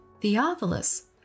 Theophilus